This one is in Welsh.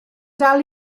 dal